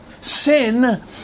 Sin